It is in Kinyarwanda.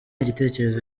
igitekerezo